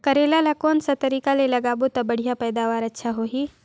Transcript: करेला ला कोन सा तरीका ले लगाबो ता बढ़िया पैदावार अच्छा होही?